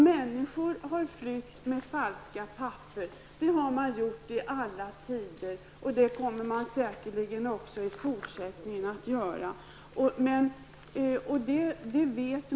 Människor har flytt medelst falska papper i alla tider, och det kommer de säkerligen också i fortsättningen att göra.